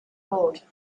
old